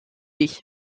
ich